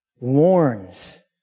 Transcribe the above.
warns